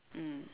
mm